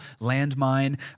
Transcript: landmine